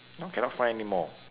now cannot find anymore